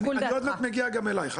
עוד מעט נגיע גם אלייך.